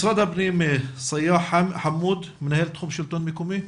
משרד הפנים סיאח חמוד, מנהל תחום שלטון מקומי.